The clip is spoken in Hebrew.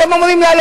אתם אומרים לה,